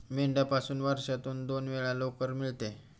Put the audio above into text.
मेंढ्यापासून वर्षातून दोन वेळा लोकर मिळते